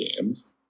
games